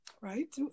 Right